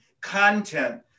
content